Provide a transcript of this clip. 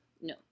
No